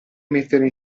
mettere